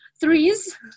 Threes